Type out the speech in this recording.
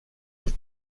have